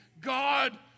God